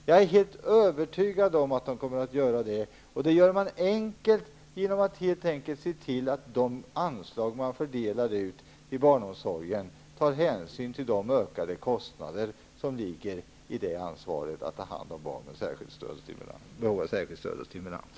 Jag är helt övertygad om att de kommer att göra det. Det gör de enklast genom att se till att de anslag de delar ut i barnomsorgen tar hänsyn till de ökade kostnader som ligger i ansvaret att ta hand om barn med särskilt behov av stöd och stimulans.